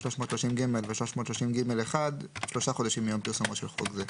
330ג ו-330ג1 שלושה חודשים מיום פרסומו של חוק זה.